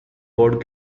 board